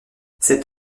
cet